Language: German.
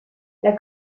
der